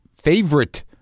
favorite